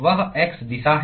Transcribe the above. वह x दिशा है